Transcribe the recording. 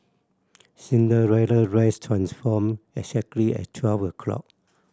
Cinderella dress transformed exactly at twelve o'clock